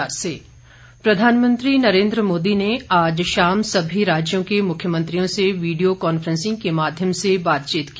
प्रधानमंत्री प्रधानमंत्री नरेंद्र मोदी ने आज शाम सभी राज्यों के मुख्यमंत्रियों से वीडियो कांफ्रेंसिंग के माध्यम से बातचीत की